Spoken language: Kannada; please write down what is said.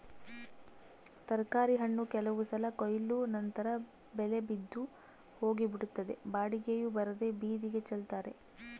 ತರಕಾರಿ ಹಣ್ಣು ಕೆಲವು ಸಲ ಕೊಯ್ಲು ನಂತರ ಬೆಲೆ ಬಿದ್ದು ಹೋಗಿಬಿಡುತ್ತದೆ ಬಾಡಿಗೆಯೂ ಬರದೇ ಬೀದಿಗೆ ಚೆಲ್ತಾರೆ